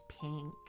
pink